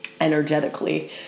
energetically